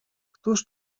któż